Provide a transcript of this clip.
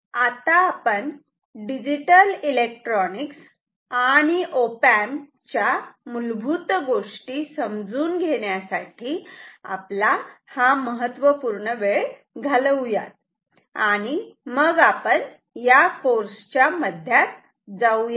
तर आता आपण डिजिटल इलेक्ट्रॉनिक्स आणि ऑप एम्प्स च्या मूलभूत गोष्टी समजून घेण्यासाठी आपला महत्त्वपूर्ण वेळ घालवू आणि मग आपण या कोर्स च्या मध्यात जाऊया